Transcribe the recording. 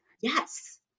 yes